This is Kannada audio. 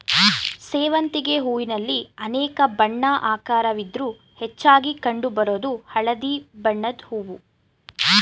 ಸೇವಂತಿಗೆ ಹೂವಿನಲ್ಲಿ ಅನೇಕ ಬಣ್ಣ ಆಕಾರವಿದ್ರೂ ಹೆಚ್ಚಾಗಿ ಕಂಡು ಬರೋದು ಹಳದಿ ಬಣ್ಣದ್ ಹೂವು